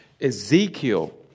Ezekiel